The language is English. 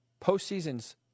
postseasons